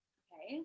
okay